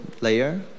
layer